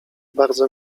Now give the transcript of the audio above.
bardzo